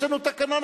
יש לנו תקנון.